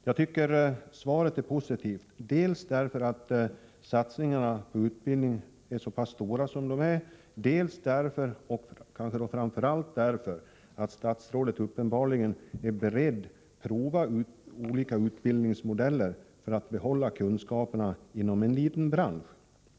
Jag tycker att svaret är positivt, dels därför att satsningarna på utbildning är så stora som de är, dels därför — kanske skulle jag säga framför allt därför — att statsrådet uppenbarligen är beredd att pröva olika utbildningsmodeller för att kunskaperna inom en liten bransch skall kunna behållas.